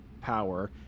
power